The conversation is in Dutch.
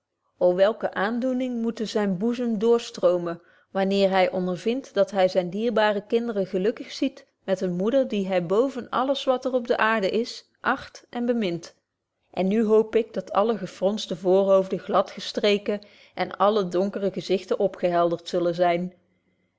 o welke aandoeningen moeten zynen boezem drstroomen wanneer hy ondervindt dat hy zyne dierbare kinderen gelukkig ziet met eene moeder die hy boven alles wat er op de aarde is agt en bemint en nu hoop ik dat alle gefronste voorhoofden glad gestreken en alle donkere gezichten opgehelderd zullen zyn